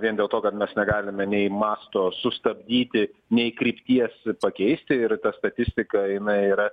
vien dėl to kad mes negalime nei masto sustabdyti nei krypties pakeisti ir ta statistika jinai yra